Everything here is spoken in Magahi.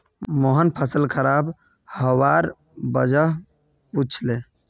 मोहन फसल खराब हबार वजह पुछले